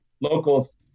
locals